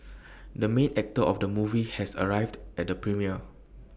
the main actor of the movie has arrived at the premiere